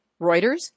Reuters